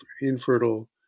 infertile